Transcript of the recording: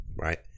right